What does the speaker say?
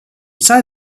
inside